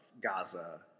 Gaza